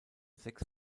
sechs